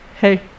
Hey